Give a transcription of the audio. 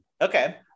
Okay